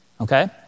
Okay